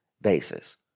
basis